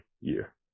year